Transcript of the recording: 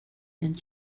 and